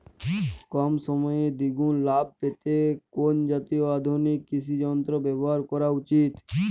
কম সময়ে দুগুন লাভ পেতে কোন জাতীয় আধুনিক কৃষি যন্ত্র ব্যবহার করা উচিৎ?